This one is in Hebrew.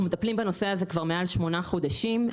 אנחנו מטפלים בנושא הזה כבר מעל שמונה חודשים,